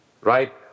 Right